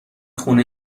خونه